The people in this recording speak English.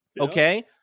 Okay